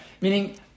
Meaning